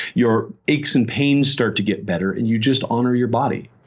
your aches and pains start to get better and you just honor your body.